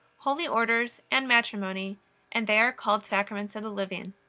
holy orders, and matrimony and they are called sacraments of the living.